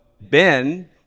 Ben